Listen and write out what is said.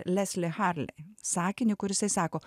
lesti harlei sakinį kur jisai sako